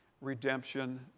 redemption